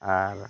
ᱟᱨ